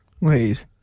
Wait